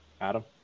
Adam